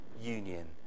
union